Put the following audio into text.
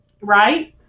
right